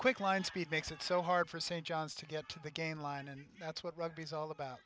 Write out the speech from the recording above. quick line speed makes it so hard for st john's to get to the game line and that's what rugby is all about